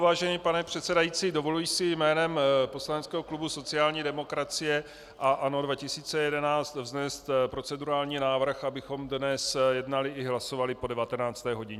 Vážený pane předsedající, dovoluji si jménem poslaneckého klubu sociální demokracie a ANO 2011 vznést procedurální návrh, abychom dnes jednali i hlasovali po 19. hodině.